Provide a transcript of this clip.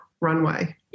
runway